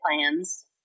plans